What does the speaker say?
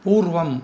पूर्वम्